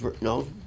No